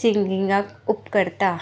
सिंगिगांक उपकरता